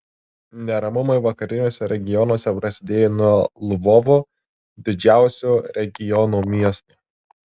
neramumai vakariniuose regionuose prasidėjo nuo lvovo didžiausio regiono miesto